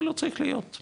זה לא צריך להיות,